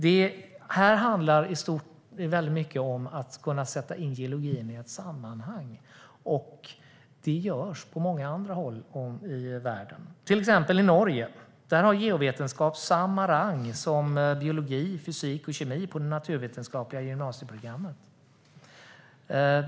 Det här handlar väldigt mycket om att kunna sätta in geologin i ett sammanhang, och det görs på många andra håll i världen. Till exempel i Norge har geovetenskap samma rang som biologi, fysik och kemi på de naturvetenskapliga gymnasieprogrammen.